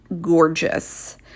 gorgeous